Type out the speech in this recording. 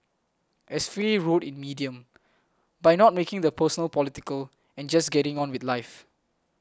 as Faye wrote in Medium by not making the personal political and just getting on with life